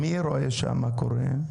מי רואה מה קורה שם?